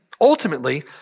ultimately